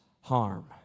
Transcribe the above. harm